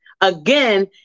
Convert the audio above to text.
Again